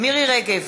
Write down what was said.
מירי רגב,